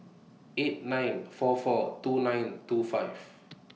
eight nine four four two nine two five